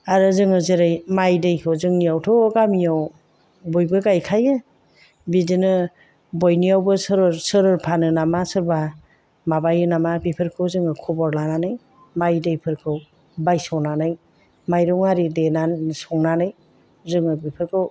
आरो जेरै जोङो माइ दैखौ जोंनियावथ' गामियाव बयबो गायखायो बिदिनो बयनियावबो सोरबा फानो नामा सोरबा माबायो नामा बेफोरखौ जोङो खबर लानानै माइ दैफोरखौ बायस'नानै माइरं आरि देनानै संनानै जोङो बेफोरखौ